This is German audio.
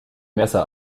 messer